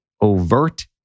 overt